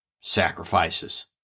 sacrifices